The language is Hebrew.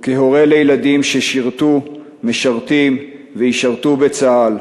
וכהורה לילדים ששירתו, משרתים וישרתו בצה"ל,